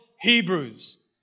Hebrews